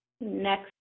next